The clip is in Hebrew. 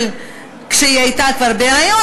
כשהיא כבר הייתה בהיריון,